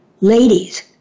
Ladies